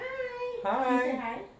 hi